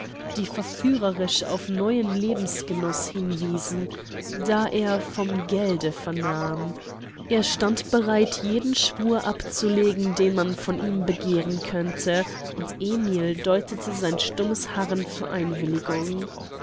die verführerisch auf neuen lebensgenuß hinwiesen da er vom gelde vernahm er stand bereit jeden schwur abzulegen den man von ihm begehren könnte und emil deutete sein stummes harren für einwilligung